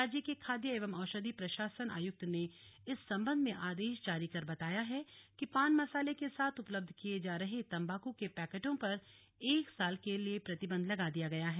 राज्य के खाद्य एवं औषधि प्रशासन आयुक्त ने इस संबंध में आदेश जारी कर बताया है कि पान मसाले के साथ उपलब्ध किये जा रहे तंबाकू के पैकेटों पर एक साल के लिए प्रतिबंध लगा दिया गया है